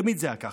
תמיד זה היה כך.